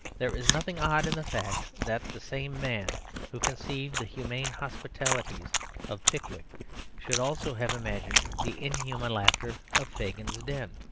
there is nothing odd in the fact that the same man who conceived the humane hospitalities of pickwick should also have imagined the inhuman laughter of fagin's den.